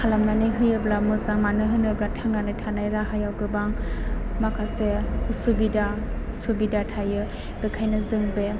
खालामनानै होयोब्ला मोजां मानो होनोब्ला थांनानै थानाय राहायाव गोबां माखासे उसुबिदा सुबिदा थायो बेनिखायनो जों बे